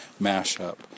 mashup